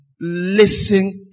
Listen